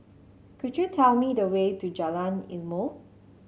could you tell me the way to Jalan Ilmu